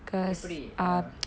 எப்படி:eppadi